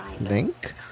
Link